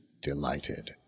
delighted